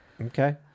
Okay